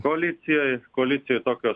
koalicijoj koalicijoj tokio